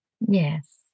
Yes